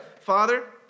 Father